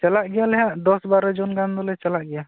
ᱪᱟᱞᱟᱜ ᱜᱮᱭᱟᱞᱮ ᱦᱟᱸᱜ ᱫᱚᱥ ᱵᱟᱨᱚ ᱡᱚᱱ ᱜᱟᱱ ᱫᱚᱞᱮ ᱪᱟᱞᱟᱜ ᱜᱮᱭᱟ